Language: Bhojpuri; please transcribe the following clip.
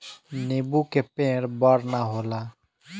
नीबू के पेड़ बड़ ना होला